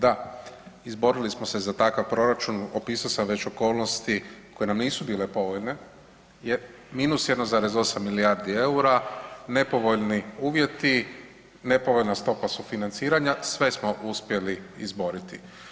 Da, izborili smo se za takav proračun, opisao sam već okolnosti koje nam nisu bile povoljne jer -1,8 milijardi EUR-a, nepovoljni uvjeti, nepovoljna stopa sufinanciranja, sve smo uspjeli izboriti.